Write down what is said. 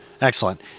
Excellent